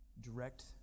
direct